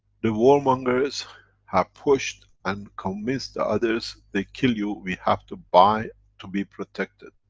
the warmongers have pushed and convinced the others they kill you, we have to buy to be protected.